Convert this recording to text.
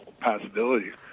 possibilities